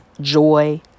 joy